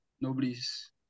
Nobody's